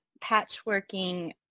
patchworking